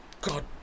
God